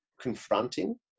confronting